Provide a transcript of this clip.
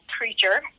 creature